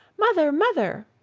mother, mother!